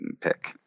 pick